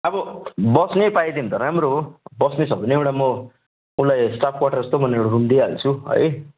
अब बस्ने पाएदेखि त राम्रो हो बस्ने छ भने एउटा म उसलाई स्टाफ क्वार्टर जस्तो मैले एउटा रुम दिइहाल्छु है